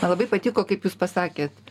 labai patiko kaip jūs pasakėt